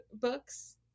books